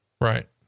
Right